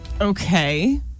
okay